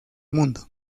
mundo